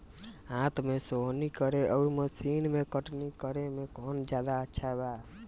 हाथ से सोहनी करे आउर मशीन से कटनी करे मे कौन जादे अच्छा बा?